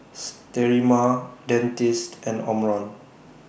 Sterimar Dentiste and Omron